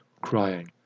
crying